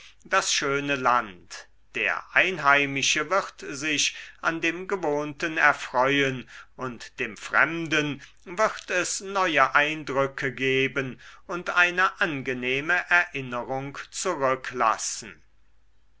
das schöne land der einheimische wird sich an dem gewohnten erfreuen und dem fremden wird es neue eindrücke geben und eine angenehme erinnerung zurücklassen